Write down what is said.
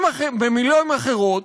במילים אחרות,